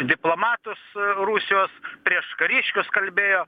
diplomatus rusijos prieš kariškius kalbėjo